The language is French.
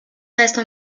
restent